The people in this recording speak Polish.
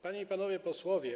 Panie i Panowie Posłowie!